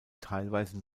teilweise